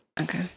Okay